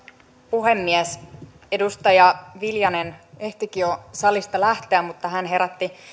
puhemies edustaja viljanen ehtikin jo salista lähteä mutta hän herätti